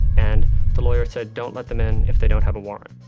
and the lawyer said, don't let them in if they don't have a warrant.